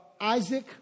Isaac